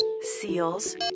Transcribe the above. seals